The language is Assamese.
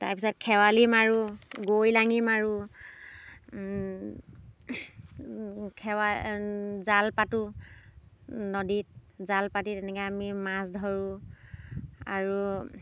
তাৰ পিছত খেৱালি মাৰোঁ গৰৈ লাঙি মাৰোঁ খেৱা জাল পাতোঁ নদীত জাল পাতি তেনেকৈ আমি মাছ ধৰোঁ আৰু